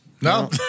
no